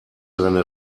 seine